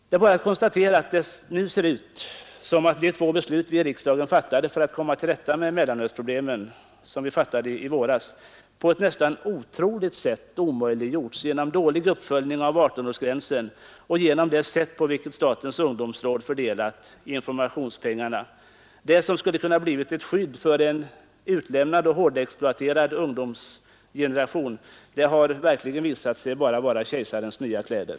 Det är bara att konstatera att det nu ser ut som om de två beslut, som vi i riksdagen fattade i våras för att komma till rätta med mellanölsproblemen, på ett nästan otroligt sätt har omöjliggjorts genom dålig uppföljning av 18-årsgränsen och genom det sätt på vilket statens ungdomsråd fördelar informationspengarna. Det som kunde ha blivit ett skydd för en utlämnad och hårdexploaterad ungdomsgeneration har verkligen visat sig bara vara kejsarens nya kläder.